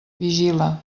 vigila